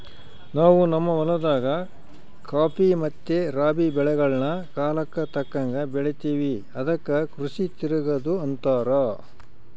ನಾವು ನಮ್ಮ ಹೊಲದಾಗ ಖಾಫಿ ಮತ್ತೆ ರಾಬಿ ಬೆಳೆಗಳ್ನ ಕಾಲಕ್ಕತಕ್ಕಂಗ ಬೆಳಿತಿವಿ ಅದಕ್ಕ ಕೃಷಿ ತಿರಗದು ಅಂತಾರ